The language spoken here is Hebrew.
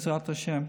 בעזרת השם.